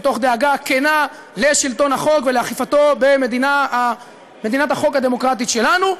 מתוך דאגה כנה לשלטון החוק ולאכיפתו במדינת החוק הדמוקרטית שלנו.